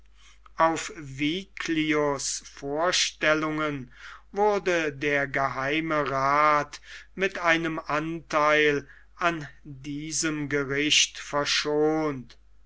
auf viglius vorstellungen wurde der geheime rath mit einem antheil an diesem gerichte verschont